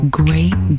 great